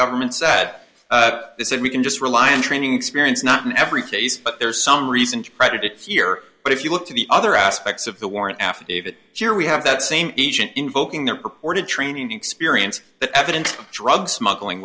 government said they said we can just rely on training experience not in every case but there are some recent predicates here but if you look to the other aspects of the warrant affidavit here we have that same agent invoking their purported training experience that evidence drug smuggling